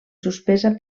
suspesa